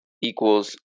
equals